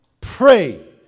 Pray